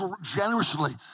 generously